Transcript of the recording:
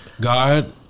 God